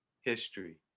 history